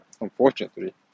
unfortunately